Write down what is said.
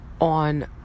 on